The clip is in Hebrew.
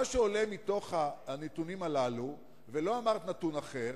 מה שעולה מתוך הנתונים הללו, ולא אמרת נתון אחר,